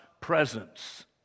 presence